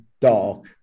Dark